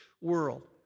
world